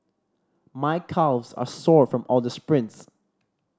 my calves are sore from all the sprints